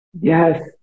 Yes